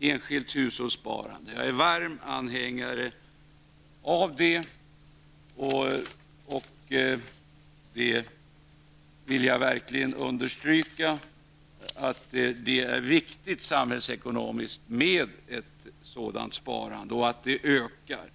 enskilt hushållssparande. Jag är varm anhängare av det. Jag vill verkligen understryka att det är viktigt ur samhällsekonomisk synpunkt med ett sådant sparande och att det ökar.